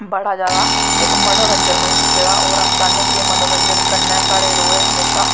बड़ा जादा इस मनोंरंजन बनी चुके दा ऐ और अस चाह्न्ने कि एह् मनोंरंजन कन्नै साढ़े रवै हमेशा